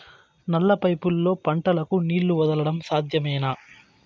నల్ల పైపుల్లో పంటలకు నీళ్లు వదలడం సాధ్యమేనా?